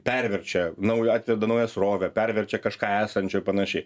perverčia naują atveda naują srovę perverčia kažką esančio panašiai